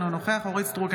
אינו נוכח אורית מלכה סטרוק,